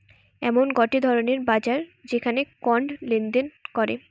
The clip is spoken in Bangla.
এমন গটে ধরণের বাজার যেখানে কন্ড লেনদেন করে